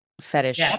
fetish